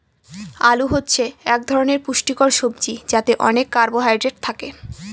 আলু হচ্ছে এক ধরনের পুষ্টিকর সবজি যাতে অনেক কার্বহাইড্রেট থাকে